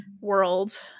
world